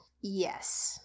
yes